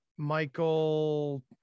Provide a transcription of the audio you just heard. michael